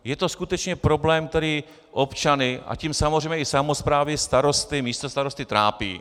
Je to skutečně problém, který občany, a tím samozřejmě i samosprávy, starosty, místostarosty trápí.